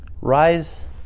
Rise